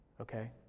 Okay